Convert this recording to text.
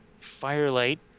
firelight